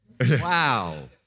Wow